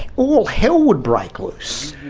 all hell would break loose.